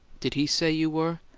did he say you were?